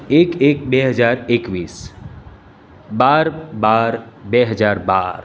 એક એક બે હજાર એકવીસ બાર બાર બે હજાર બાર